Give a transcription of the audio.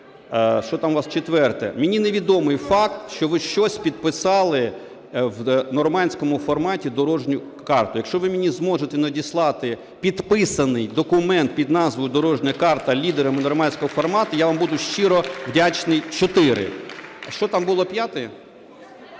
Що там у вас четверте? Мені невідомий факт, що ви щось підписали в "нормандському форматі", дорожню карту. Якщо ви мені зможете надіслати підписаний документ під назвою "дорожня карта" лідерами "нормандського формату", я вам буду щиро вдячний. Чотири. Що там було п'яте? А,